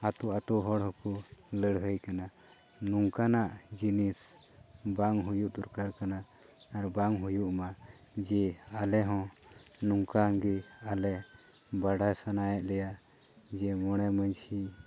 ᱟᱹᱛᱩ ᱟᱹᱛᱩ ᱦᱚᱲ ᱦᱚᱸᱠᱚ ᱞᱟᱹᱲᱦᱟᱹᱭ ᱠᱟᱱᱟ ᱱᱚᱝᱠᱟᱱᱟᱜ ᱡᱤᱱᱤᱥ ᱵᱟᱝ ᱦᱩᱭᱩᱜ ᱫᱚᱨᱠᱟᱨ ᱠᱟᱱᱟ ᱟᱨ ᱵᱟᱝ ᱦᱩᱭᱩᱜᱼᱢᱟ ᱡᱮ ᱟᱞᱮᱦᱚᱸ ᱱᱚᱝᱠᱟᱜᱮ ᱟᱞᱮ ᱵᱟᱰᱟᱭ ᱥᱟᱱᱟᱭᱮᱫ ᱞᱮᱭᱟ ᱡᱮ ᱢᱚᱬᱮ ᱢᱟᱺᱡᱷᱤ